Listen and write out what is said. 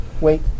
Wait